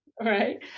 right